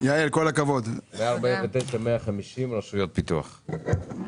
לא צריך החלטת